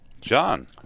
John